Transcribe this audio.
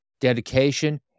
dedication